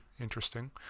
interesting